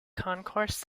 concourse